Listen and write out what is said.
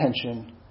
attention